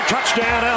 Touchdown